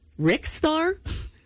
Rickstar